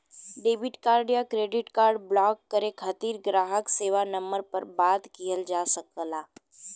debit card या credit card block करे खातिर ग्राहक सेवा नंबर पर बात किहल जा सकला